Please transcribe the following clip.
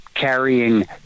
Carrying